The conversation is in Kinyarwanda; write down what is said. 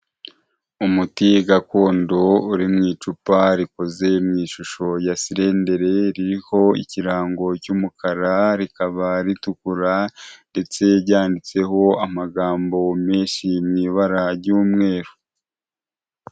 Umuti gakondo uri mu icupa rikoze mu ishusho ya sirendere ririho ikirango cy'umukara rikaba ritukura ndetse ryanditseho amagambo menshi mu ibara ry'umweru.